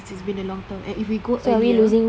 it's been a long time and if we go earlier